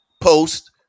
post